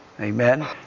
Amen